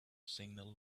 signal